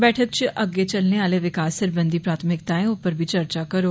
बैठका च अग्गे चलने आह्ले विकास सरबंधी प्राथमिकताएं उप्पर बी चर्चा करोग